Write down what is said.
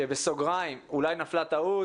שבסוגריים: אולי נפלה טעות,